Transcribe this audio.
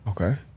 Okay